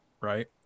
right